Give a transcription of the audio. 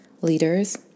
leaders